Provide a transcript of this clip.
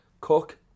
Cook